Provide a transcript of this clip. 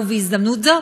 ובהזדמנות זו